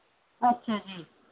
ਅੱਛਾ ਜੀ